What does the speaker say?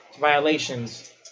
violations